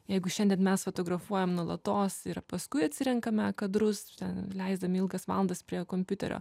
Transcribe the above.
jeigu šiandien mes fotografuojam nuolatos ir paskui atsirenkame kadrus ir ten leisdami ilgas valandas prie kompiuterio